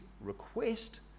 request